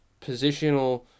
positional